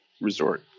Resort